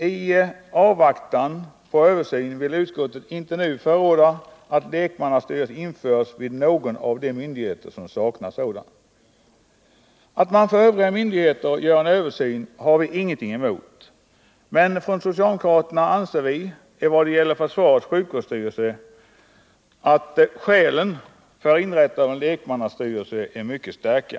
I avvaktan på översynen bör utskottet inte nu förorda att lekmannastyrelse införes vid någon av de myndigheter som saknar sådan. Att man för övriga myndigheter gör en översyn har vi ingenting emot, men vi socialdemokrater anser att när det gäller försvarets sjukvårdsstyrelse är skälen för inrättande av en lekmannastyrelse mycket starka.